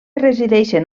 resideixen